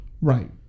Right